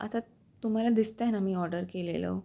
आता तुम्हाला दिसतं आहे ना मी ऑर्डर केलेलं